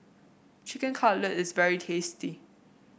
Chicken Cutlet is very tasty